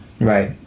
Right